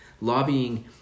Lobbying